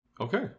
Okay